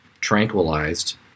tranquilized